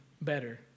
better